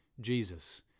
Jesus